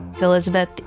Elizabeth